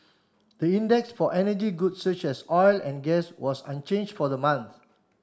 the index for energy goods such as oil and gas was unchanged for the month